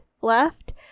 left